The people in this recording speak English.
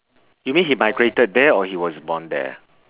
you mean he migrated there or he was born there